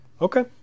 Okay